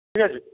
ঠিক আছে